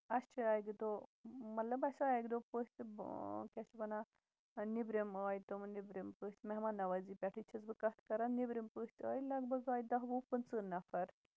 اَسہِ چھُ اَکہِ دۄہ مطلب اَسہِ آیہِ اَکہِ دۄہ پٔژھۍ تہٕ بہٕ کیاہ چھِ ونان اَتھ نیبرِم آیہِ تِم نیبرِم پٔژھۍ مہمان نَوٲری پٮ۪ٹھٕے چھَس بہٕ کَتھ کران نیبرِم پٔژھۍ آیہِ لَگ بگ آیہِ دہ وُہ پٔنژٕہ نَفر